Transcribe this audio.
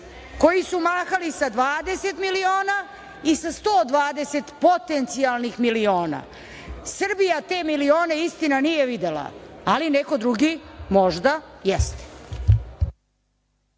koji su mahali sa 20 miliona i sa 120 potencijalnih miliona. Srbija te miliona, istina, nije videla, ali neko drugi možda jeste.